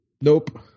Nope